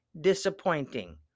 disappointing